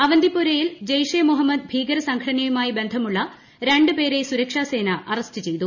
അവന്തിപ്പോരയിൽ ജയ്ഷ് ഇ മുഹമ്മദ് ഭീകരസംഘടനയുമായി പ്രബീന്ധമുള്ള രണ്ട് പേരെ സുരക്ഷാസേന അറസ്റ്റ് ചെയ്തു